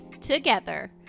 together